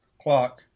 Clock